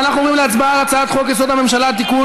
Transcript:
אנחנו עוברים להצבעה על הצעת חוק-יסוד: הממשלה (תיקון,